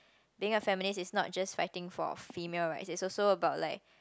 being a feminist is not just fighting for female rights it's also about like